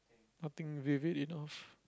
nothing vivid enough